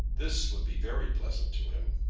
this would be very pleasant to him.